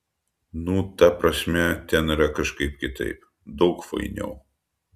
nu ta prasme ten yra kažkaip kitaip daug fainiau